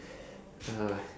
uh